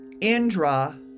Indra